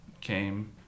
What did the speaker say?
came